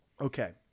Okay